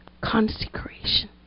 consecration